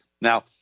Now